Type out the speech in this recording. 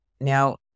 Now